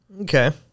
Okay